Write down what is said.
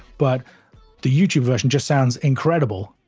but the youtube version just sounds incredible.